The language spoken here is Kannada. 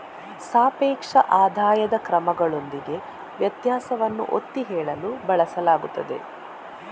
ಸಾಪೇಕ್ಷ ಆದಾಯದ ಕ್ರಮಗಳೊಂದಿಗೆ ವ್ಯತ್ಯಾಸವನ್ನು ಒತ್ತಿ ಹೇಳಲು ಬಳಸಲಾಗುತ್ತದೆ